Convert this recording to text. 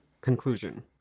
Conclusion